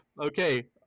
Okay